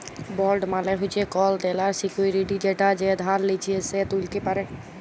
bond মালে হচ্যে কল দেলার সিকুইরিটি যেটা যে ধার লিচ্ছে সে ত্যুলতে পারে